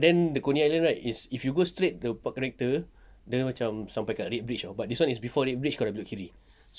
but then the coney island right is if you go straight the park connector dia macam sampai dekat red bridge [tau] but this one is before red bridge kau dah belok kiri